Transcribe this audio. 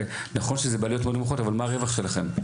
נכון שזה בעלויות מאוד נמוכות אבל מה הרווח שלכם?